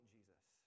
Jesus